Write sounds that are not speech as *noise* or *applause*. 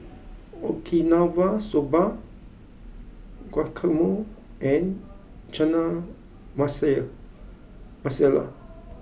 Okinawa Soba Guacamole and Chana *unintelligible* Masala